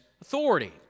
authority